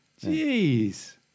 Jeez